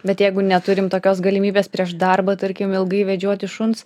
bet jeigu neturim tokios galimybės prieš darbą tarkim ilgai vedžioti šuns